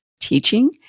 teaching